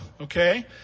okay